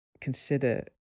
consider